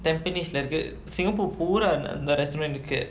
tampines lah இருக்கு:irukku singapore பூரா அந்த:poora antha resentment இக்கு:ikku